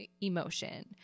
emotion